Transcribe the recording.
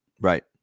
right